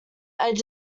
edge